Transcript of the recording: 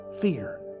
fear